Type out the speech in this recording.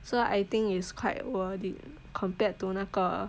so I think it's quite worth it compared to 那个